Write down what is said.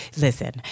listen